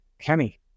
Kenny